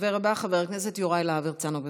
הדובר הבא, חבר הכנסת יוראי להב הרצנו.